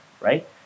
right